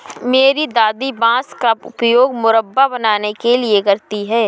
मेरी दादी बांस का उपयोग मुरब्बा बनाने के लिए करती हैं